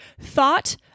thought